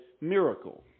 miracle